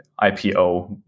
ipo